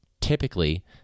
typically